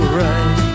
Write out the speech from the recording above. right